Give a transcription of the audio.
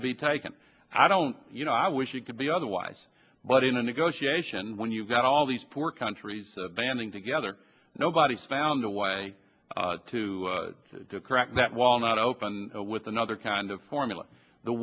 to be taken i don't you know i wish it could be otherwise but in a negotiation when you've got all these poor countries banding together nobody's found a way to correct that while not open with another kind of formula the